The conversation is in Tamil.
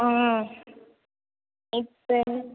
ம் இப்போ